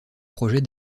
projet